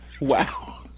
Wow